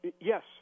Yes